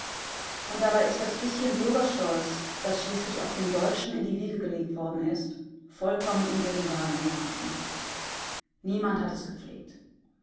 und dabei ist das bißchen bürgerstolz das schließlich auch den deutschen in die wiege gelegt worden ist vollkommen unter den wagen geraten niemand hat es gepflegt